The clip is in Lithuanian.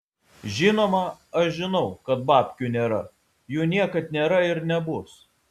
žinoma aš žinau kad babkių nėra jų niekad nėra ir nebus